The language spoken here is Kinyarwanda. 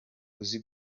uzi